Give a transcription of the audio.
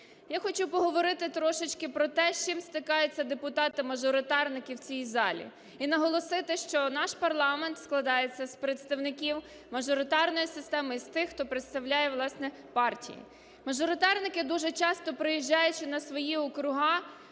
Я хочу поговорити трошечки про те, з чим стикаються депутати-мажоритарники в цій залі і наголосити, що наш парламент складається з представників мажоритарної системи і з тих, хто представляє, власне, партії. Мажоритарники, дуже часто приїжджаючи на свої округи,